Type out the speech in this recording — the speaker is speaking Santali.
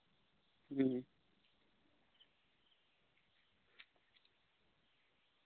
ᱦᱩᱸ